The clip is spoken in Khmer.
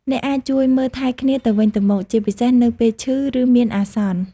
អ្នកអាច ជួយមើលថែគ្នាទៅវិញទៅមក ជាពិសេសនៅពេលឈឺ ឬមានអាសន្ន។